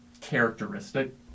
characteristic